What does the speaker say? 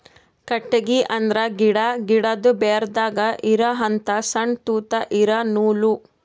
ಕಟ್ಟಿಗಿ ಅಂದ್ರ ಗಿಡಾ, ಗಿಡದು ಬೇರದಾಗ್ ಇರಹಂತ ಸಣ್ಣ್ ತೂತಾ ಇರಾ ನೂಲ್